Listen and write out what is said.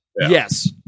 Yes